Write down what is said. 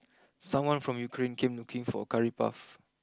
someone from Ukraine came looking for Curry Puff